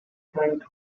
sprang